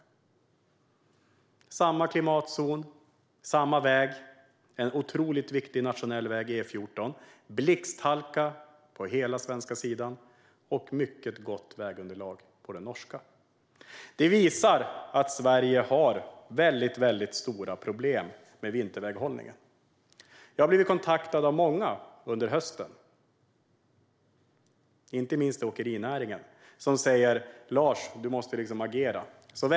I samma klimatzon och på samma väg - E14 är en otroligt viktig nationell väg - var det blixthalka hela vägen på den svenska sidan och mycket gott väglag på den norska. Det visar att Sverige har stora problem med vinterväghållningen. Jag blev under hösten kontaktad av många, inte minst i åkerinäringen, som sa: Du måste agera, Lars!